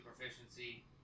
proficiency